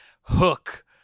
Hook